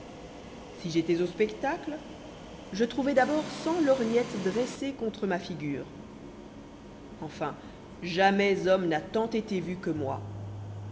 si j'étois aux spectacles je trouvois d'abord cent lorgnettes dressées contre ma figure enfin jamais homme n'a tant été vu que moi